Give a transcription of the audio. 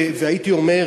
הייתי אומר,